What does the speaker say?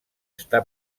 està